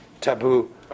taboo